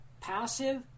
Passive